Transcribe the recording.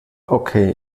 okay